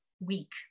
week